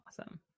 awesome